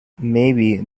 maybe